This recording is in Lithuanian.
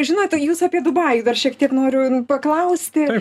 žinote jūs apie dubajų dar šiek tiek noriu paklausti